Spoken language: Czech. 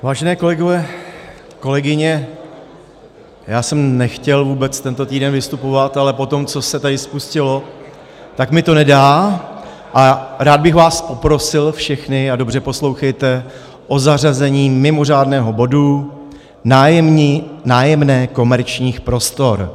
Vážení kolegové, kolegyně, já jsem nechtěl vůbec tento týden vystupovat, ale po tom, co se tady spustilo, mi to nedá a rád bych vás poprosil všechny a dobře poslouchejte o zařazení mimořádného bodu Nájemné komerčních prostor.